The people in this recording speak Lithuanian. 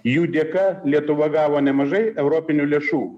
jų dėka lietuva gavo nemažai europinių lėšų